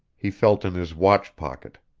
he felt in his watch pocket.